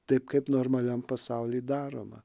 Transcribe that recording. taip kaip normaliam pasauly daroma